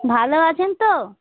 ভালো আছেন তো